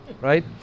right